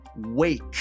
Wake